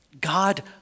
God